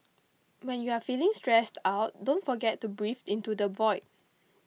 when you are feeling stressed out don't forget to breathe into the void